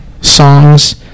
songs